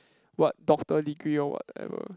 what doctor degree or whatever